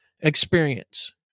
experience